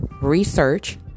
research